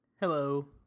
Hello